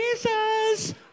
Jesus